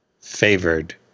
favored